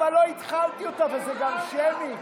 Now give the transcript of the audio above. אבל לא התחלתי אותה, וזה גם שמית.